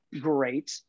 great